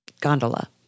gondola